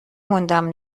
موندم